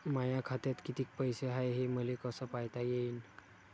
माया खात्यात कितीक पैसे हाय, हे मले कस पायता येईन?